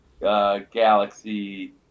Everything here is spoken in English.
Galaxy